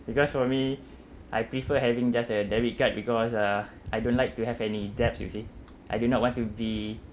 because for me I prefer having just a debit card because uh I don't like to have any debts you see I do not want to be